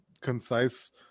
concise